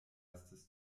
erstes